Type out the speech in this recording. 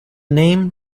name